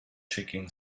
chicken